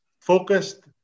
focused